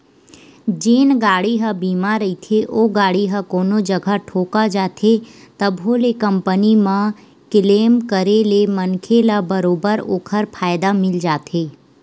जेन गाड़ी ह बीमा रहिथे ओ गाड़ी ह कोनो जगा ठोका जाथे तभो ले कंपनी म क्लेम करे ले मनखे ल बरोबर ओखर फायदा मिल जाथे